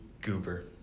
goober